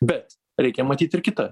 bet reikia matyt ir kitą